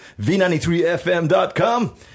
V93FM.com